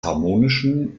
harmonischen